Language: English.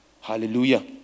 Hallelujah